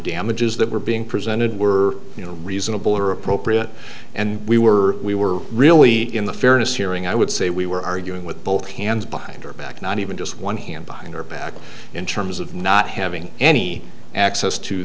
damages that were being presented were you know reasonable or appropriate and we were we were really in the fairness hearing i would say we were arguing with both hands behind her back not even just one hand behind her back in terms of not having any access to